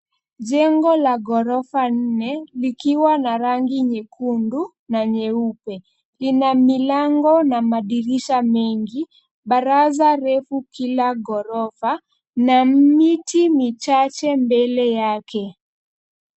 Jengo la ghorofa nne likiwa na rangi nyekundu na nyeupe. Ina milango na madirisha mengi, baraza refu kila ghorofa na miti michache mbele yake.